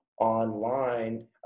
online